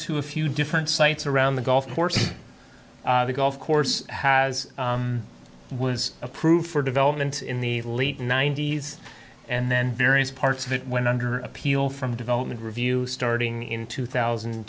to a few different sites around the golf course the golf course has was approved for developments in the league ninety's and then various parts of it went under appeal from development review starting in two thousand